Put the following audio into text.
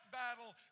battle